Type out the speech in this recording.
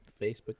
Facebook